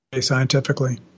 scientifically